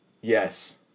Yes